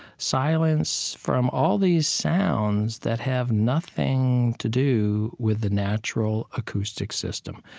silence from all these sounds that have nothing to do with the natural acoustic system,